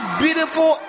beautiful